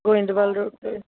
Goindwal road 'ਤੇ